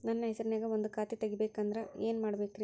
ನನ್ನ ಹೆಸರನ್ಯಾಗ ಒಂದು ಖಾತೆ ತೆಗಿಬೇಕ ಅಂದ್ರ ಏನ್ ಮಾಡಬೇಕ್ರಿ?